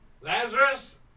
Lazarus